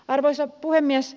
arvoisa puhemies